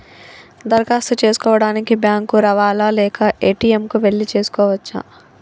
దరఖాస్తు చేసుకోవడానికి బ్యాంక్ కు రావాలా లేక ఏ.టి.ఎమ్ కు వెళ్లి చేసుకోవచ్చా?